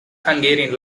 hungarian